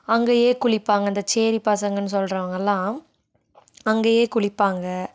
அங்கேயே குளிப்பாங்கள் இந்த சேரி பசங்கள்னு சொல்கிறவங்க எல்லாம் அங்கேயே குளிப்பாங்கள்